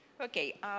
Okay